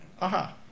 Aha